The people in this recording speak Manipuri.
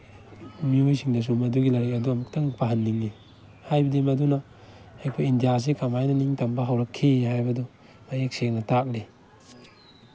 ꯃꯤꯑꯣꯏꯁꯤꯡꯗꯁꯨ ꯃꯗꯨꯒꯤ ꯂꯥꯏꯔꯤꯛ ꯑꯗꯨ ꯑꯃꯨꯛꯇꯪ ꯄꯥꯍꯟꯅꯤꯡꯉꯤ ꯍꯥꯏꯕꯗꯤ ꯃꯗꯨꯅ ꯑꯩꯈꯣꯏ ꯏꯟꯗꯤꯌꯥꯁꯦ ꯀꯃꯥꯏꯅ ꯅꯤꯡꯇꯝꯕ ꯍꯧꯔꯛꯈꯤ ꯍꯥꯏꯕꯗꯨ ꯃꯌꯦꯛ ꯁꯦꯡꯅ ꯇꯥꯛꯂꯤ